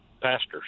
pastors